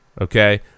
okay